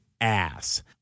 ass